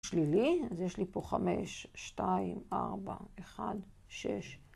שלילי, אז יש לי פה חמש, שתיים, ארבע, אחד, שש.